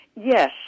Yes